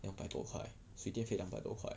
两百多块水电费两百多块